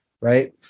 right